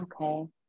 Okay